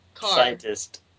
Scientist